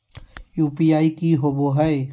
UPI की होवे हय?